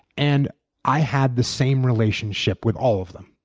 and i have the same relationship with all of them.